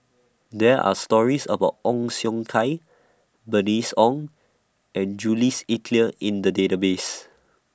There Are stories about Ong Siong Kai Bernice Ong and Jules Itier in The Database